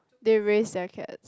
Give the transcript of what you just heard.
they raise their cats